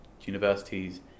universities